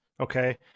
okay